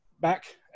Back